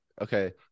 okay